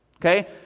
Okay